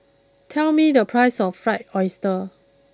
tell me the price of Fried Oyster